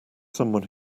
someone